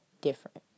different